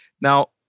Now